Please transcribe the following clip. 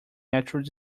natural